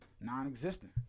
non-existent